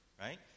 right